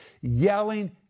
yelling